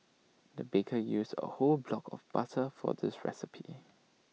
the baker used A whole block of butter for this recipe